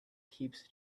keeps